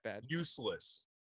useless